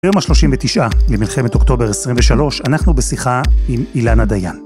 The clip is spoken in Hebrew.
ביום ה-39 למלחמת אוקטובר 23, אנחנו בשיחה עם אילנה דיין.